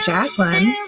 Jacqueline